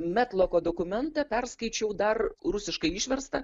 metloko dokumentą perskaičiau dar rusiškai išverstą